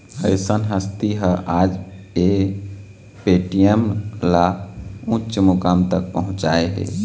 अइसन हस्ती ह आज ये पेटीएम ल उँच मुकाम तक पहुचाय हे